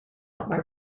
mar